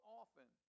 often